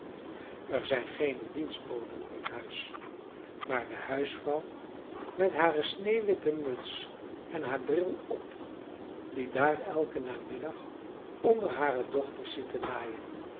er zijn geene dienstboden in huis maar de huisvrouw met hare sneeuwwitte muts en haar bril op die daar elken namiddag onder hare dochters zit te naaien